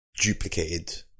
duplicated